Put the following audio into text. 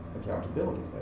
accountability